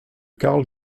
carl